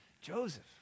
Joseph